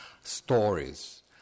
stories